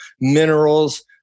minerals